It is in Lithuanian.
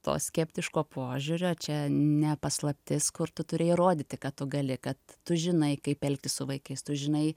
to skeptiško požiūrio čia ne paslaptis kur tu turi įrodyti kad tu gali kad tu žinai kaip elgtis su vaikais tu žinai